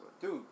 Dude